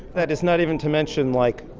that is not even to mention, like,